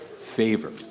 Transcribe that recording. favor